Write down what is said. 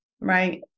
Right